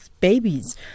babies